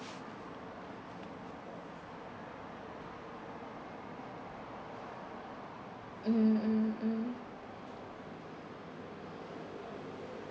mm mm mm